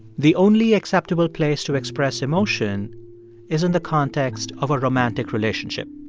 the only acceptable place to express emotion is in the context of a romantic relationship.